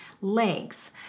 legs